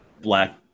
black